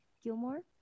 Gilmore